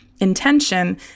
intention